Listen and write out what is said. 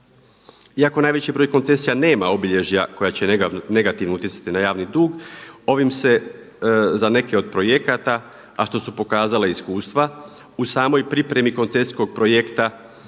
Iako najveći broj koncesija nema obilježja koja će negativno utjecati na javni dug ovim se za neke od projekata a što su pokazale iskustva u samom pripremi koncesijskog projekta